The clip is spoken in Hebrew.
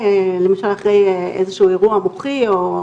למשל אחרי איזה שהוא אירוע או תאונה.